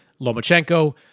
Lomachenko